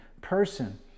person